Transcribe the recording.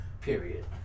Period